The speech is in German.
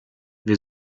wir